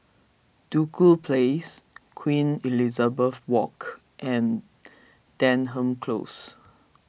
Duku Place Queen Elizabeth Walk and Denham Close